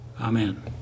amen